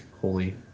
holy